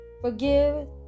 forgive